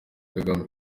kagame